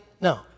No